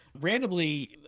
randomly